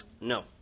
No